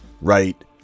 right